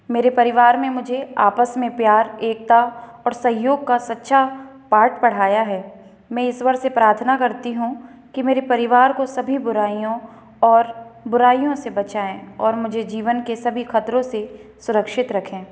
मेरे परिवार में मुझे आपस में प्यार एकता और सहयोग का सच्चा पाठ पढ़ाया है मैं ईश्वर से प्रार्थना करती हूँ कि मेरे परिवार को सभी बुराइयों और बुराइयों से बचाएँ और मुझे जीवन के सभी खतरों से सुरक्षित रखें